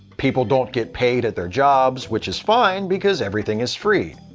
people don't get paid at their jobs, which is fine because everything is free.